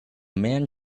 man